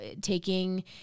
taking